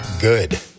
good